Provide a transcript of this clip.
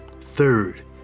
third